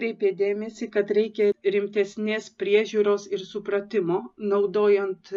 kreipė dėmesį kad reikia rimtesnės priežiūros ir supratimo naudojant